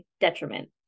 detriment